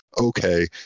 Okay